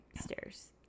stairs